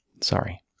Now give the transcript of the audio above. Sorry